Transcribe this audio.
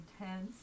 intense